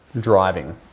driving